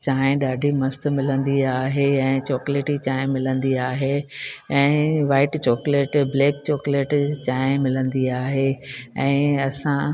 चांहि ॾाढी मस्तु मिलंदी आहे ऐं चोकलेटी चांहि मिलंदी आहे ऐं वाईट चोकलेट ब्लैक चोकलेट जी चांहि मिलंदी आहे ऐं असां